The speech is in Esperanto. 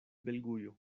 belgujo